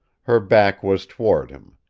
her back was toward him.